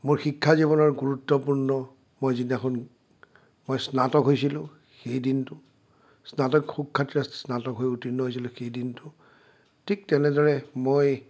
মোৰ শিক্ষা জীৱনৰ গুৰুত্বপূৰ্ণ মই যিদিনাখন মই স্নাতক হৈছিলোঁ সেই দিনটো স্নাতক সুখ্যাতিৰে স্নাতক হৈ উত্তীৰ্ণ হৈছিলোঁ সেই দিনটো ঠিক তেনেদৰে মই